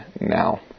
now